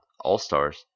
All-Stars